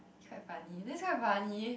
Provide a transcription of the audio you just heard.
he's quite funny this is quite funny